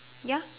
ya